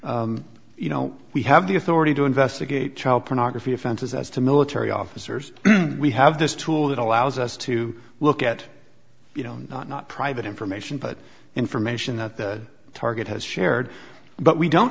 that you know we have the authority to investigate child pornography offenses as to military officers we have this tool that allows us to look at you know not not private information but information that the target has shared but we don't